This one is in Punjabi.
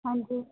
ਹਾਂਜੀ